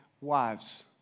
wives